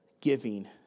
giving